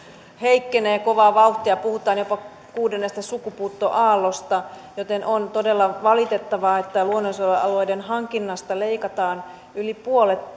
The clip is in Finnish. heikkenee kovaa vauhtia puhutaan jopa kuudennesta sukupuuttoaallosta joten on todella valitettavaa että luonnonsuojelualueiden hankinnasta leikataan yli puolet